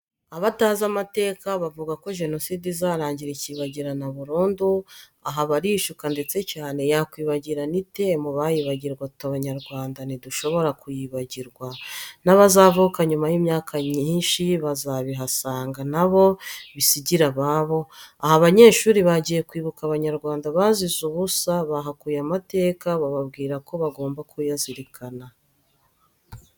Abatazi amateka bavuga ko jenoside izarangira ikibagirana burundu aho barishuka ndetse cyane yakwibagirana ite mubayibagirwa twe abanyarwanda ntidushobora kuyibagirwa nabazavuka nyuma yimyaka myinshi bazabihasanga nabo bisigire ababo. aha abanyeshuri bagiye kwibuka abanyarwanda bazize ubusa bahakuye amateka babwirwa ko bagomba kuyazirikana.